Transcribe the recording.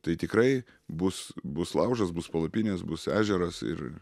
tai tikrai bus bus laužas bus palapinės bus ežeras ir